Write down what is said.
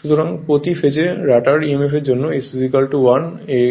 সুতরাং প্রতি phase rotor emf এর জন্য s 1 এ